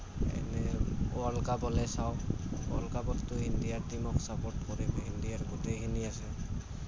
এনে world cup হ'লে চাওঁ ওৱৰ্ল্ড কাপতটো ইণ্ডিয়া টীমক ছাপৰ্ট কৰিম ইণ্ডিয়াৰ গোটেইখিনি আছে